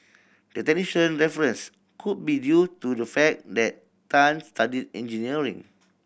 the technician reference could be due to the fact that Tan studied engineering